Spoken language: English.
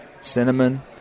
cinnamon